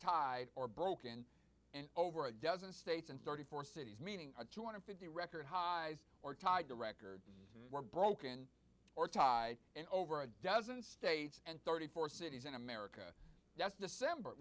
tied or broken over a dozen states and thirty four cities meaning a two hundred fifty record highs or tied to record were broken or tie in over a dozen states and thirty four cities in america that's december